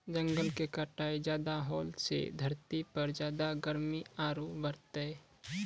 जंगल के कटाई ज्यादा होलॅ सॅ धरती पर ज्यादा गर्मी आरो बढ़तै